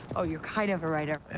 oh, you're kind of a writer. yeah,